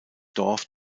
dorf